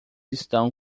estão